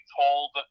told